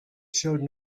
showed